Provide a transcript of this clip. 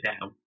down